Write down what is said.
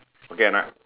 okay or not